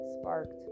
sparked